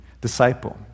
disciple